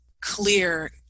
clear